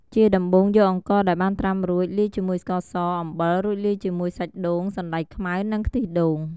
ជាដំបូងយកអង្ករដែលបានត្រាំរួច លាយជាមួយស្ករស អំបិល រួចលាយជាមួយសាច់ដូង សណ្ដែកខ្មៅ និងខ្ទិះដូង។